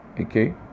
Okay